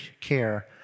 care